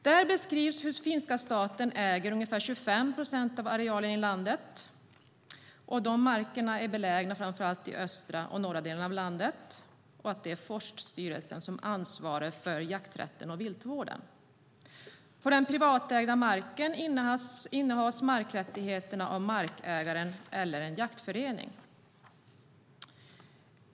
Där beskrivs hur finska staten äger ungefär 25 procent av arealen i landet. De markerna är belägna i framför allt östra och norra delarna av landet. Det är Forststyrelsen som ansvarar för jakträtten och viltvården. På den privatägda marken innehas markrättigheterna av markägaren eller en jaktförening.